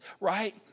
right